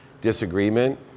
disagreement